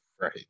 right